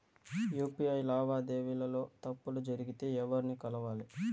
UPI లావాదేవీల లో తప్పులు జరిగితే ఎవర్ని కలవాలి?